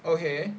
okay